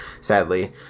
sadly